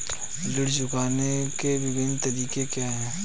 ऋण चुकाने के विभिन्न तरीके क्या हैं?